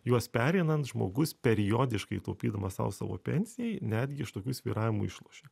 juos pereinant žmogus periodiškai taupydamas sau savo pensijai netgi iš tokių svyravimų išlošia